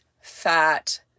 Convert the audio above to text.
fat